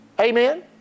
Amen